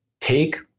take